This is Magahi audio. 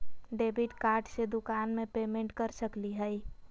डेबिट कार्ड से दुकान में पेमेंट कर सकली हई?